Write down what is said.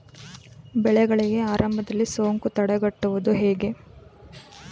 ಬೆಳೆಗಳಿಗೆ ಆರಂಭದಲ್ಲಿ ಸೋಂಕು ತಡೆಗಟ್ಟುವುದು ಹೇಗೆ?